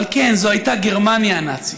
אבל כן, זאת הייתה גרמניה הנאצית.